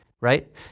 right